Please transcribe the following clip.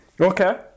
Okay